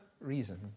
reason